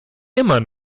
immer